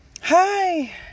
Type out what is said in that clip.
Hi